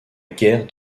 guerre